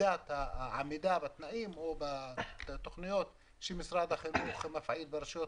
על העמידה בתנאים ובתוכניות שמשרד החינוך מפעיל ברשויות